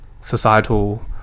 societal